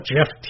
Jeff